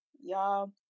y'all